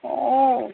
ও